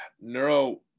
neuro